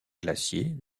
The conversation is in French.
glaciers